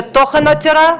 לתוכן העתירה,